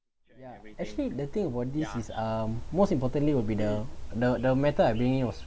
actually the thing about this is um most importantly will be the the the matter I bringing was